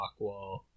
Rockwall